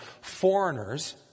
foreigners